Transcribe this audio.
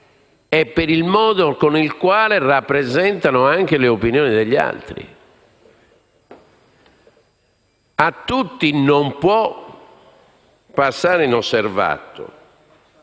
e per il modo con il quale rappresentano anche le opinioni degli altri. Non può passare inosservato